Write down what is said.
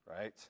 right